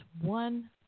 one